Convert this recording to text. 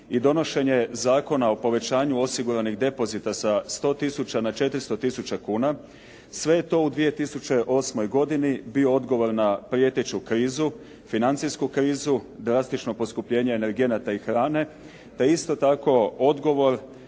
i donošenje Zakona o povećanju osiguranih depozita sa 100 tisuća na 400 tisuća kuna, sve je to u 2008. godini bio odgovor na prijeteću krizu, financijsku krizu, drastično poskupljenje energenata i hrane te isto tako odgovor